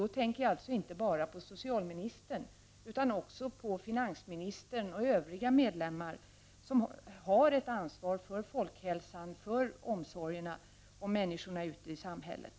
Då tänker jag alltså inte enbart på socialministern utan även på finansministern och övriga regeringsmedlemmar som har ett ansvar för folkhälsan och omsorgerna och om människorna ute i samhället.